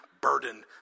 burden